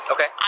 Okay